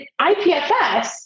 IPFS